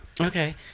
Okay